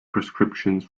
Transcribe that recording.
prescriptions